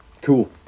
Cool